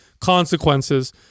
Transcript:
consequences